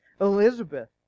Elizabeth